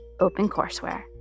OpenCourseWare